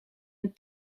een